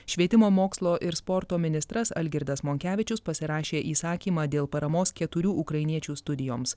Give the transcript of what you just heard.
švietimo mokslo ir sporto ministras algirdas monkevičius pasirašė įsakymą dėl paramos keturių ukrainiečių studijoms